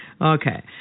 Okay